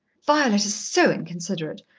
violet is so inconsiderate.